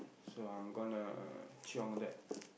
so I'm gonna chiong that